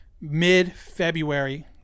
mid-february